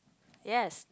yes